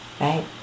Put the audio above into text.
right